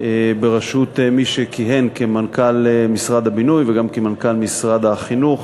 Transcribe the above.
בראשות מי שכיהן כמנכ"ל משרד הבינוי וגם כמנכ"ל משרד החינוך,